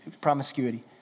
promiscuity